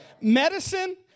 medicine